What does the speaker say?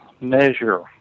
measure